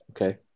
Okay